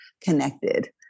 connected